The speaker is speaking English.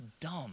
dumb